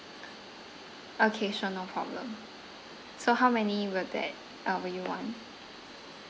okay sure no problem so how many will that um will you want